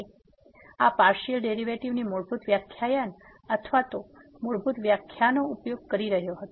તેથી આ પાર્સીઅલ ડેરીવેટીવની મૂળભૂત વ્યાખ્યાન અથવા મૂળભૂત વ્યાખ્યાનો ઉપયોગ કરી રહ્યો હતો